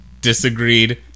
disagreed